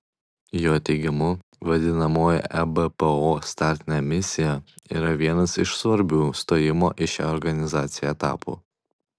jo teigimu vadinamoji ebpo startinė misija yra vienas iš svarbių stojimo į šią organizaciją etapų